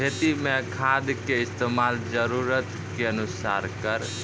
खेती मे खाद के इस्तेमाल जरूरत के अनुसार करऽ